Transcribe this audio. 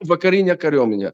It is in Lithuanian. vakarinę kariuomenę